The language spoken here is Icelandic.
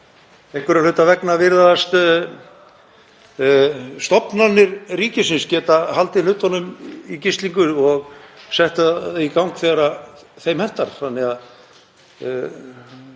Einhverra hluta vegna virðast stofnanir ríkisins geta haldið hlutunum í gíslingu og sett þá í gang þegar þeim hentar.